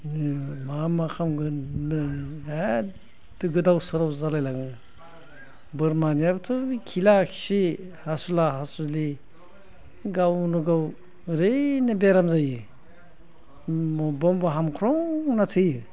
मा मा खालामगोन एखे गोदाव सोराव जालायलाङो बोरमानियाबोथ' खिला खिलि हासुला हासुलि गावनोगाव ओरैनो बेराम जायो मबेबा मबेबा हामख्रंना थैयो